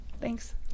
thanks